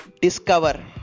discover